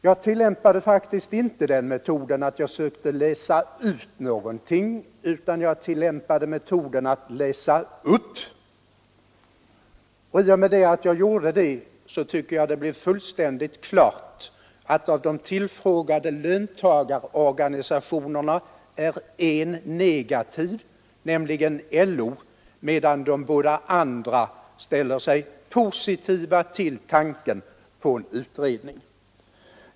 Jag tillämpade faktiskt inte metoden att jag sökte läsa ut någonting utan jag tillämpade metoden att läsa upp, och i och med att jag gjorde det tycker jag det blev fullständigt klart att av de tillfrågade löntagarorganisationerna är en negativ, nämligen LO, medan de båda andra ställer sig positiva till tanken på en utredning.